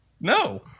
No